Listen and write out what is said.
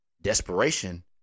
desperation